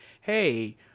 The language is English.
hey